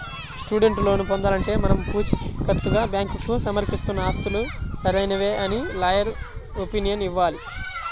student loan పొందాలంటే మనం పుచీకత్తుగా బ్యాంకుకు సమర్పిస్తున్న ఆస్తులు సరైనవే అని లాయర్ ఒపీనియన్ ఇవ్వాలి